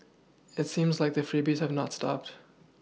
it seems like the freebies have not stopped